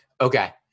Okay